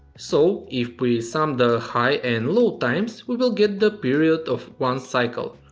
so if we sum the high and low times we will get the period of one cycle.